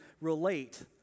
relate